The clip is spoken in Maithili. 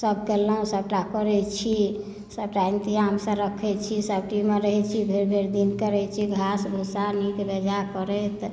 सब केलहुॅं सबटा करै छी सबटा इंतजाम सॅं रखै छी सेफ्टी मे रहै छी भरि भरि दिन करै छी घास भूसा नीक बेजा करैत